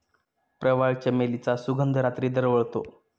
प्रवाळ, चमेलीचा सुगंध रात्री दरवळतो